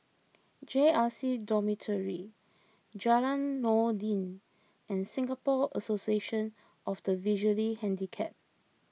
J R C Dormitory Jalan Noordin and Singapore Association of the Visually Handicapped